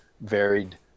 varied